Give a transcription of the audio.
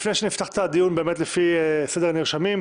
לפני שנפתח את הדיון לפי סדר הנרשמים,